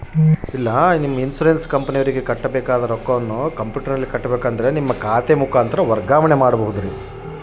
Insurance ಕಂಪನಿಯವರಿಗೆ ಕಟ್ಟಬೇಕಾದ ರೊಕ್ಕವನ್ನು ಕಂಪ್ಯೂಟರನಲ್ಲಿ ಕಟ್ಟಬಹುದ್ರಿ?